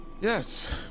Yes